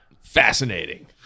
Fascinating